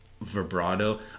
vibrato